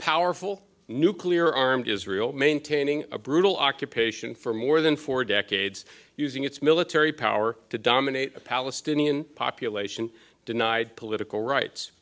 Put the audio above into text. powerful nuclear armed israel maintaining a brutal occupation for more than four decades using its military power to dominate the palestinian population denied political rights